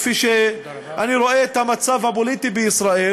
כפי שאני רואה את המצב הפוליטי בישראל,